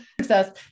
success